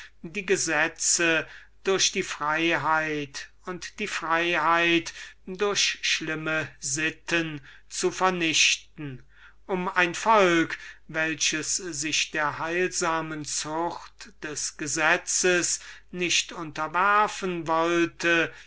die gesetze durch die freiheit und die freiheit durch schlimme sitten zu vernichten um diejenigen die sich der heilsamen zucht der gesetze nicht unterwerfen wollten